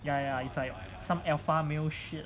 ya ya it's like some alpha male shit